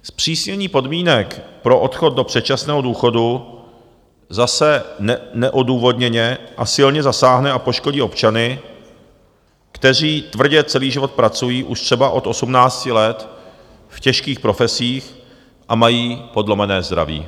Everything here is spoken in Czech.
Zpřísnění podmínek pro odchod do předčasného důchodu zase neodůvodněně a silně zasáhne a poškodí občany, kteří tvrdě celý život pracují už třeba od 18 let v těžkých profesích a mají podlomené zdraví.